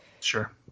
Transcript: sure